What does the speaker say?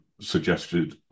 suggested